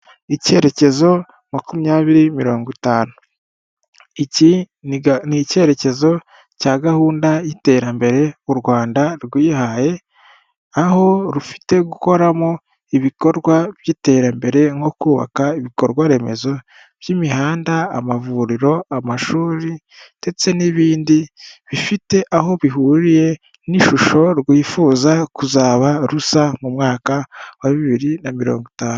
Icyerekezo makumyabiri mirongo itanu, iki ni icyerekezo cya gahunda y'iterambere u Rwanda rwihaye aho rufite gukoramo ibikorwa by'iterambere nko kubaka ibikorwa remezo by'imihanda amavuriro, amashuri ndetse n'ibindi bifite aho bihuriye n'ishusho rwifuza kuzaba rusa mu mwaka wa bibiri na mirongo itanu.